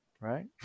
right